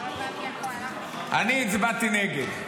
אני הצבעתי נגד,